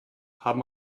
haben